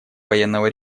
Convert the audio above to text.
военного